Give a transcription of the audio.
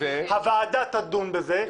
הוועדה תדון בזה,